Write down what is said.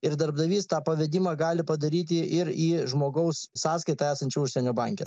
ir darbdavys tą pavedimą gali padaryti ir į žmogaus sąskaitą esančią užsienio banke